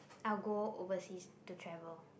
I'll go overseas to travel